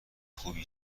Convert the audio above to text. خوبی